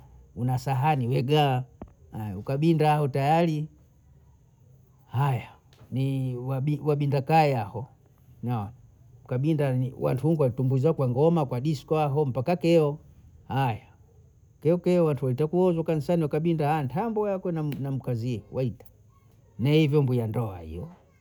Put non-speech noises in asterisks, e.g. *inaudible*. Una sahani we gawa, aya ukabinda hao tayari, haya ni wabinda kaya aho naona, ukabinda *hesitation* ni watungwa tumbwe zako ngoma kwa disko aho mpaka keo, aya keokeo watu waita kuuzu kansani kabinda *hesitation* antambo wako *hesitation* na- namkazie waita na ivyombo ya ndoa hiyo